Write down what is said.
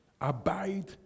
Abide